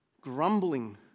Grumbling